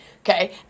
Okay